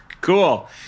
Cool